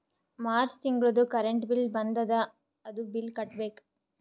March ತಿಂಗಳದೂ current bill ಬಂದದ, ಅದೂ ಬಿಲ್ ಕಟ್ಟಬೇಕ್